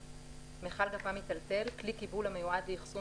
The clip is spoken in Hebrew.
"מכל גפ"מ מיטלטל" כלי קיבול המיועד לאחסון